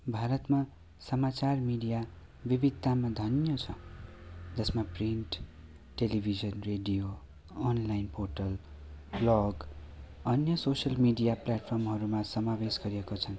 भारतमा समाचार मिडिया विविधतामा धन्य छ जसमा print television radio online portal vlog अन्य सोसियल मिडिया प्लेटफार्महरूमा समावेश गरिएको छन्